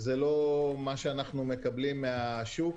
זה לא מה שאנחנו מקבלים מהשוק.